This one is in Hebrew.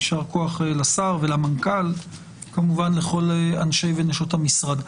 יישר כוח לשר ולמנכ"ל וכמובן לכל אנשי ונשות המשרד.